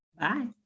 Bye